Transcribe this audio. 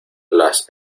las